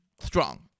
Strong